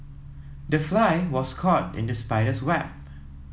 the fly was caught in the spider's web